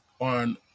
on